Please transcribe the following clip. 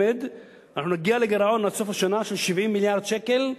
אנחנו נגיע עד סוף השנה לגירעון של 70 מיליארד שקל,